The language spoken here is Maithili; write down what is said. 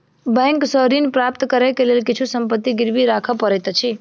बैंक सॅ ऋण प्राप्त करै के लेल किछु संपत्ति गिरवी राख पड़ैत अछि